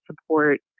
support